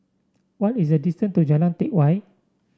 what is the distance to Jalan Teck Whye